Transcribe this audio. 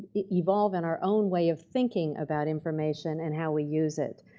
evolve in our own way of thinking about information and how we use it.